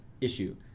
issue